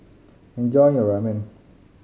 enjoy your Ramen